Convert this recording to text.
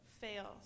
fails